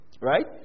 Right